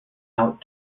out